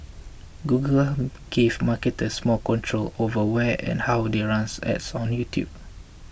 Google gave marketers more control over where and how they run ads on YouTube